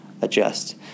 adjust